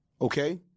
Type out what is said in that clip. Okay